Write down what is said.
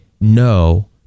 no